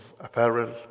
apparel